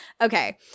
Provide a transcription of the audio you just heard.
Okay